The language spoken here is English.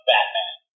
Batman